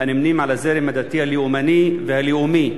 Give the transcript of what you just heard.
הנמנים עם הזרם הדתי הלאומני והלאומי,